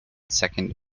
second